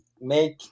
make